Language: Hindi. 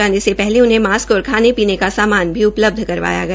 जाने से पहले उन्हे मास्क और खाने पीने का सामान भी उपलब्ध करवाया गया